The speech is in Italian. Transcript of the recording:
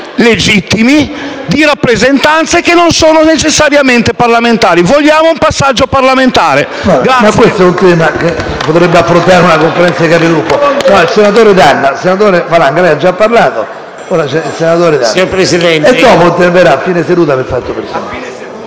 legittimi, di rappresentanze che non sono necessariamente parlamentari. Vogliamo un passaggio parlamentare.